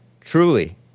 Truly